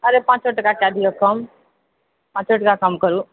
अरे पाँचो टका कए दिऔ कम पाँचो टका कम करु